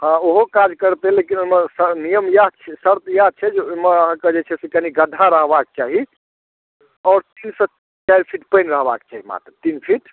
हाँ ओहो काज करतै लेकिन ओहिमे स नियम इएह छै शर्त इएह छै जे ओहिमे अहाँके जे छै से कनि गड्ढा रहबाक चाही आओर तीनसँ चारि फीट पानि रहबाक चाही मात्र तीन फीट